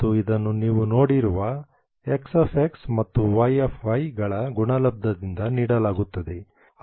ಮತ್ತು ಇದನ್ನು ನೀವು ನೋಡಿರುವ X ಮತ್ತು Yಗಳ ಗುಣಲಬ್ಧದಿಂದ ನೀಡಲಾಗುತ್ತದೆ